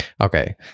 Okay